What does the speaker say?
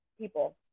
people